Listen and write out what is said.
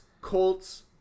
Colts